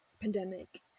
pandemic